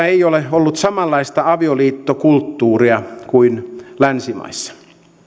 ei ole ollut samanlaista avioliittokulttuuria kuin länsimaissa